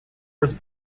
was